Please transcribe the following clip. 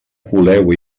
coleu